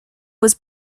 was